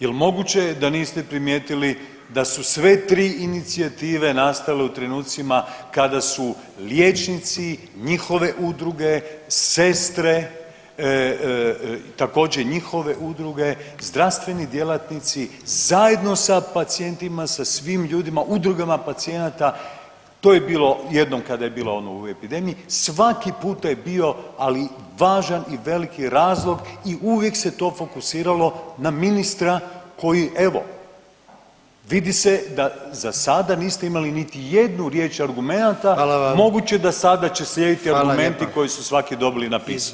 Jel moguće da niste primijetili da su sve tri inicijative nastale u trenucima kada su liječnici, njihove udruge, sestre također njihove udruge, zdravstveni djelatnici zajedno sa pacijentima, sa svim ljudima, udrugama pacijenta to je bilo jednom kada je bilo ono u epidemiji, svaki puta je bio ali važan i veliki razlog i uvijek se to fokusiralo na ministra koji evo vidi se da za sada niste imali niti jednu riječ argumenata [[Upadica predsjednik: Hvala vam.]] moguće da sada će slijediti argumenti [[Upadica predsjednik: Hvala vam lijepa.]] koji su svaki dobili napisano.